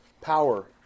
power